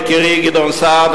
יקירי גדעון סער,